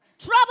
trouble